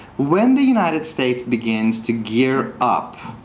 when the united states begins to gear up